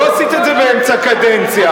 לא עשית את זה באמצע קדנציה,